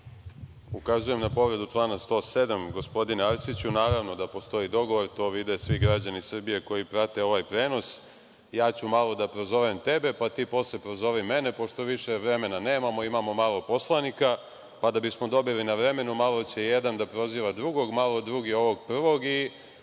Ukazujem na povredu člana 107, gospodine Arsiću. Naravno, da postoji dogovor, to vide svi građani Srbije koji prate ovaj prenos, ja ću malo da prozovem tebe, pa ti posle prozovi mene pošto više vremena nemamo, a imamo malo poslanika. Da bismo dobili na vremenu malo će jedan da proziva drugog, malo drugi ovog prvog i